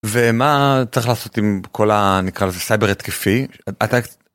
ומה צריך לעשות עם כל הנקרא לזה סייבר התקפי?